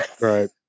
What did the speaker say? Right